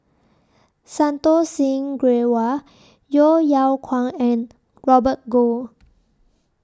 Santokh Singh Grewal Yeo Yeow Kwang and Robert Goh